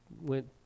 went